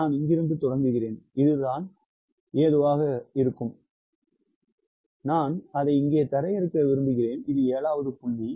நான் இங்கிருந்து தொடங்குகிறேன் இது நான் எதுவாக இருந்தாலும் நான் அதை இங்கே தரையிறக்க விரும்புகிறேன் இது 7 வது புள்ளி